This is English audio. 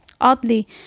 Oddly